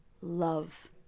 love